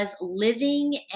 living